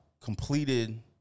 completed